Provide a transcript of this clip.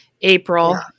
April